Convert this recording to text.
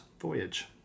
voyage